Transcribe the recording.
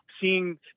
seeing